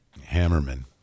Hammerman